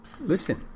listen